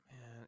Man